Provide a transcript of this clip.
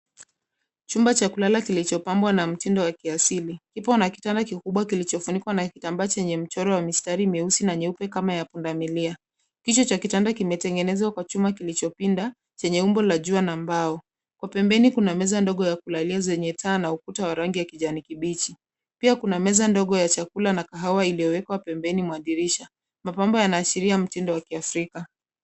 Chumba cha kulala kilichopambwa na mtindo wa kiasili. Ipo na kitanda kikubwa kilichofunikwa na kitambaa chenye michoro ya mistari mieusi na mieupe kama ya punda milia. Kichwa cha kitanda kimetengenezwa kwa chuma kilichopinda chenye umbo la jua na mbao. Kwa pembeni kuna meza ndogo ya kulalia zenye taa na ukuta wa rangi ya kijani kibichi. Pia kuna meza ndogo ya chakula na kahawa iliyowekwa pembeni mwa dirisha. Mapambo yanaashiria mtindo wa kiafrika.